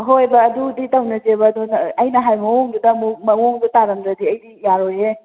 ꯍꯣꯏꯕ ꯑꯗꯨꯗꯤ ꯇꯧꯅꯁꯦꯕ ꯑꯗꯣ ꯅꯪ ꯑꯩꯅ ꯍꯥꯏ ꯃꯑꯣꯡꯗꯨꯗ ꯑꯃꯨꯛ ꯃꯑꯣꯡꯗꯣ ꯇꯥꯔꯝꯗ꯭ꯔꯗꯤ ꯑꯩꯗꯤ ꯌꯥꯔꯣꯏꯍꯦ